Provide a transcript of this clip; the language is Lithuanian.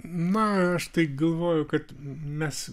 na aš tai galvoju kad mes